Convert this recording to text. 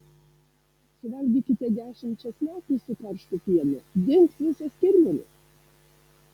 suvalgykite dešimt česnakų su karštu pienu dings visos kirmėlės